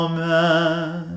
Amen